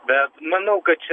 bet manau kad čia